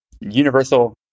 Universal